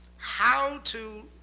how to